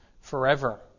forever